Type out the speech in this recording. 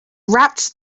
wrapped